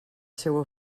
seua